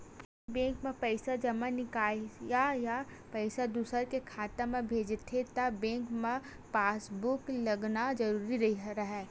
पहिली बेंक म पइसा जमा, निकासी या पइसा दूसर के खाता म भेजथे त बेंक म पासबूक लेगना जरूरी राहय